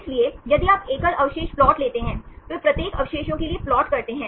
इसलिए यदि आप एकल अवशेष प्लॉट लेते हैं तो वे प्रत्येक अवशेषों के लिए प्लाट करते हैं